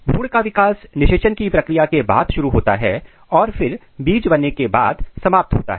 भ्रूण का विकास निषेचन की प्रक्रिया के बाद शुरू होता है और फिर बीज बनने के बाद समाप्त होता है